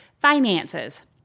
finances